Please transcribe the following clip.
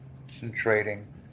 concentrating